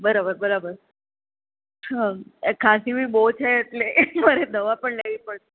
બરોબર બરોબર ખાંસી પણ બોઉ છે એટલે મારે દવા પણ લેવી પડશે